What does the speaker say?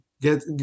get –